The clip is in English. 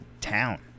town